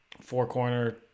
four-corner